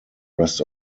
rest